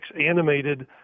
animated